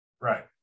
Right